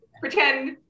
pretend